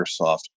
Microsoft